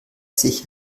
sich